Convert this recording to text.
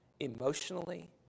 emotionally